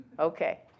Okay